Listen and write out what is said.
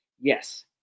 Yes